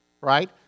right